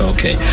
Okay